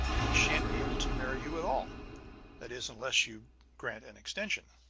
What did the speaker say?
i shan't be able to marry you at all that is, unless you grant an extension!